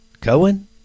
Cohen